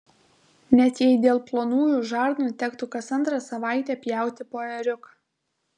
net jei dėl plonųjų žarnų tektų kas antrą savaitę pjauti po ėriuką